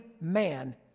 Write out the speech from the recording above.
man